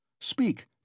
Speak